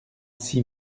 six